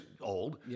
old